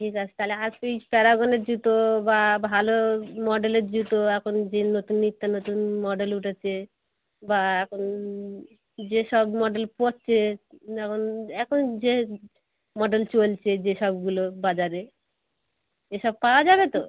ঠিক আছে তাহলে ওই প্যারাগনের জুতো বা ভালো মডেলের জুতো এখন যে নতুন নিত্য নতুন মডেল উঠেছে বা এখন যেসব মডেল পরছে এখন এখন যে মডেল চলছে যেসবগুলো বাজারে এসব পাওয়া যাবে তো